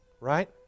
right